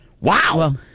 Wow